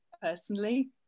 personally